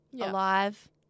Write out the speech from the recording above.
alive